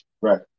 right